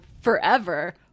forever